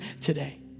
today